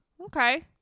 Okay